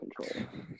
control